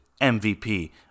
MVP